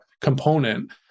component